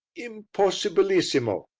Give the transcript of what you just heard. impossibilissimo!